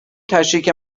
تشریک